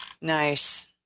Nice